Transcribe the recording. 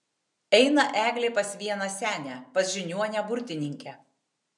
eina eglė pas vieną senę pas žiniuonę burtininkę